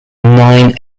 nine